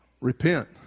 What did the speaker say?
Repent